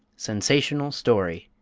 sensational story